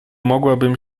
mogłabym